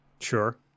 Sure